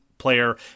Player